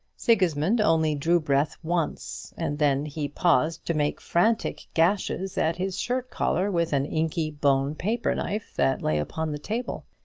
sigismund only drew breath once, and then he paused to make frantic gashes at his shirt-collar with an inky bone paper-knife that lay upon the table.